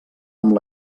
amb